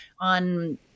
on